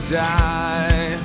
die